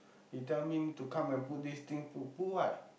you tell me to come and put this thing put put what